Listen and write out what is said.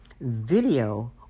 video